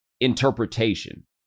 interpretation